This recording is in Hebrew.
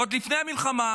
עוד לפני המלחמה,